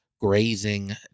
grazing